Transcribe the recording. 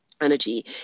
energy